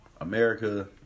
America